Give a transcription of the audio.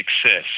success